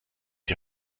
die